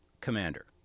Commander